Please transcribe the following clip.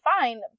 fine